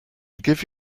give